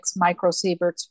microsieverts